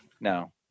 no